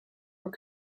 were